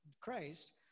Christ